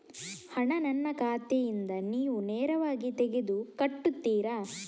ಹಣ ನನ್ನ ಖಾತೆಯಿಂದ ನೀವು ನೇರವಾಗಿ ತೆಗೆದು ಕಟ್ಟುತ್ತೀರ?